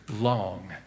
long